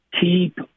keep